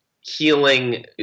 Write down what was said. healing